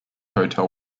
hotel